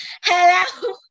hello